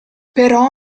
però